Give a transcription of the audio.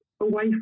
away